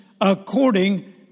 according